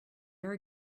are